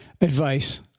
advice